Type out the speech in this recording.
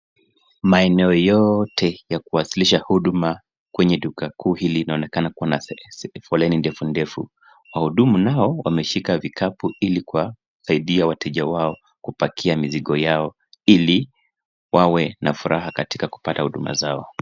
Maeneo yote ya kuwasilisha huduma kwenye duka kuu hili inaonekana kuwa na foleni ndefundefu. Wahudumu nao wameshika vikapu ili kuwasaidia wateja wao kupakia mizigo yao ili wawe na furaha katika kupata huduma zao.